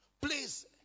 Please